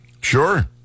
Sure